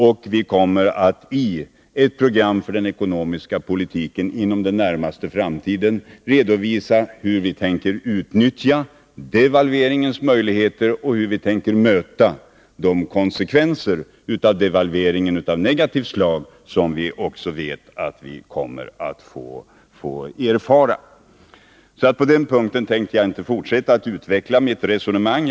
Och vi kommer inom den närmaste framtiden att i ett program för den ekonomiska politiken redovisa hur vi tänker utnyttja devalveringens möjligheter och möta de konsekvenser av negativt slag som vi vet att devalveringen också kommer att få. På den punkten tänker jag därför inte utveckla mitt resonemang.